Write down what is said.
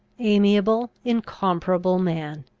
amiable, incomparable man!